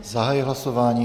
Zahajuji hlasování.